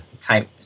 type